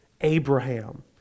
Abraham